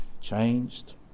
changed